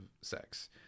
sex